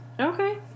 Okay